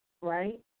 right